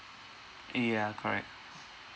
ah ya correct